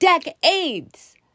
decades